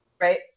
Right